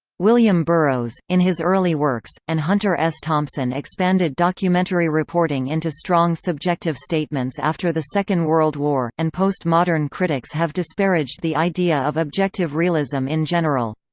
william burroughs, in his early works, and hunter s. thompson expanded documentary reporting into strong subjective statements after the second world war, and post-modern critics have disparaged the idea of objective realism in general.